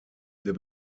der